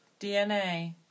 DNA